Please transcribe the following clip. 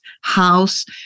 house